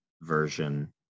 version